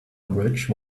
bridge